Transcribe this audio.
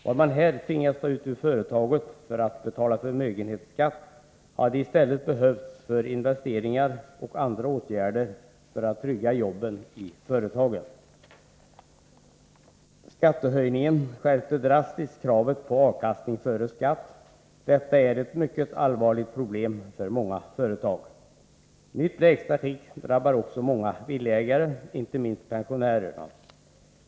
Vad man här tvingas ta ut ur företaget för att betala förmögenhetsskatt hade i stället behövts för investeringar och andra åtgärder för att trygga jobben i företagen. Skattehöjningen skärper drastiskt kravet på avkastning före skatt. Detta är ett mycket allvarligt problem för många företag. Nytt lägsta skikt drabbar också många villaägare, inte minst pensionärerna.